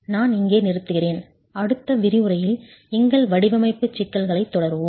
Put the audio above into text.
நான் இங்கே நிறுத்துகிறேன் அடுத்த விரிவுரையில் எங்கள் வடிவமைப்பு சிக்கல்களைத் தொடர்வோம்